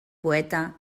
poeta